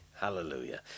hallelujah